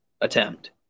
attempt